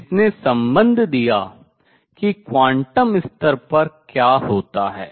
जिसने सम्बन्ध दिया कि क्वांटम स्तर पर क्या होता है